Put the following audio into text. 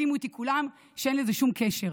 תסכימו איתי כולם שאין לזה שום קשר.